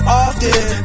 often